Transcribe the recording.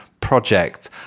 project